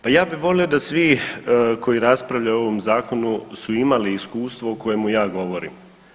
Pa ja bi volio da svi koji raspravljaju o ovom zakonu su imali iskustvo o kojemu ja govorim.